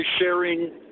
sharing